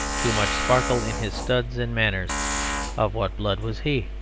too much sparkle in his studs and manners of what blood was he?